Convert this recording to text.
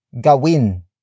Gawin